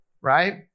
right